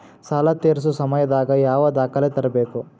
ಸಾಲಾ ತೇರ್ಸೋ ಸಮಯದಾಗ ಯಾವ ದಾಖಲೆ ತರ್ಬೇಕು?